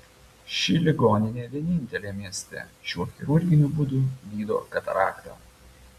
ši ligoninė vienintelė mieste šiuo chirurginiu būdu gydo kataraktą